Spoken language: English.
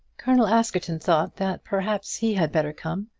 colonel askerton thought that perhaps he had better come.